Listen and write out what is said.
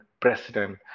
president